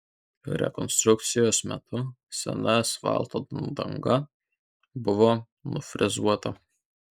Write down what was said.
rekonstrukcijos metu sena asfalto danga buvo nufrezuota